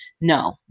no